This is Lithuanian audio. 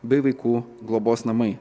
bei vaikų globos namai